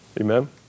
Amen